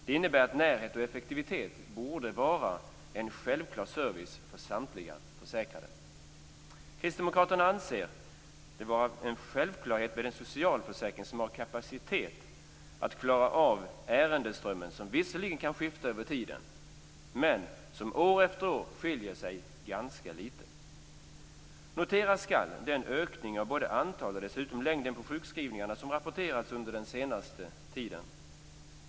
Det innebär att närhet och effektivitet borde vara en självklar service för samtliga försäkrade. Kristdemokraterna anser det vara en självklarhet med en socialförsäkring som har kapacitet att klara av en ärendeström som visserligen kan skifta över tiden, men som år efter år skiljer sig ganska lite. Noteras skall den ökning av både antalet sjukskrivningar och längden på dessa som rapporterats under den senaste tiden.